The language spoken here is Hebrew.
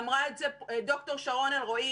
אמרה את זה ד"ר שרון אלרעי